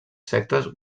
sectes